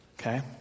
Okay